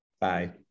Bye